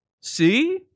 See